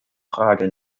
frage